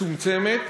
מצומצמת,